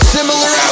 Similar